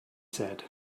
said